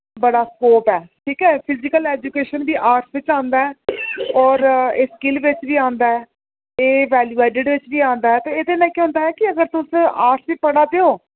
ओह्दे बाद तुस दिक्खो कि तुं'दा केह्ड़े सब्जैक्ट बिच मता इंटरैस्ट ऐ जि'यां बड़े सारे सब्जैक्ट होंदे अजकल जियां फिजिकल ऐजुकेशन दा बी बड़ा